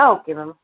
ah okay ma'am